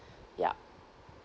yup